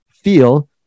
feel